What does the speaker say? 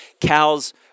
cows